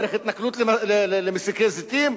דרך התנכלות למסיקי זיתים,